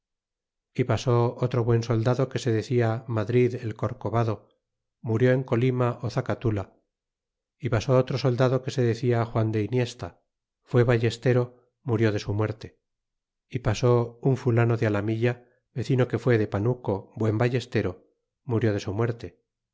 e pasó otro buen soldado que se decia madrid el corcobado murió en colima ó zacatula y pasó otro soldado que se decia juan de inhiesta fué ballestero murió de su muerte y pasó un fulano de alamilla vecino que fué de pataleo buen ballestero murió de su muerte